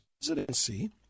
presidency